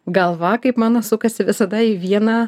galva kaip mano sukasi visada į vieną